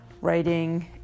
writing